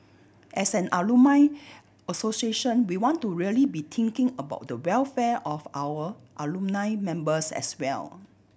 as an alumni association we want to really be thinking about the welfare of our alumni members as well